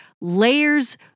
layers